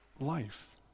life